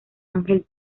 angel